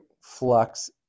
flux